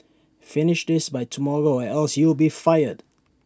finish this by tomorrow or else you'll be fired